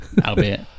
Albeit